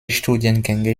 studiengänge